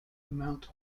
amount